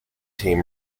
team